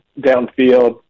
downfield